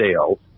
sales